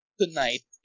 tonight